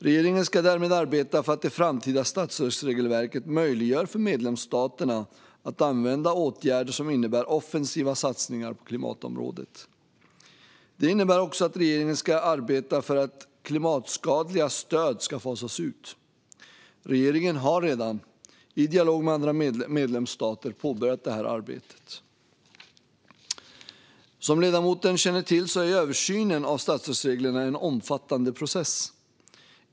Regeringen ska därmed arbeta för att det framtida statsstödsregelverket möjliggör för medlemsstaterna att använda åtgärder som innebär offensiva satsningar på klimatområdet. Det innebär också att regeringen ska arbeta för att klimatskadliga stöd ska fasas ut. Regeringen har redan - i dialog med andra medlemsstater - påbörjat detta arbete. Som ledamoten känner till är översynen av statsstödsreglerna en omfattande process.